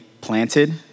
planted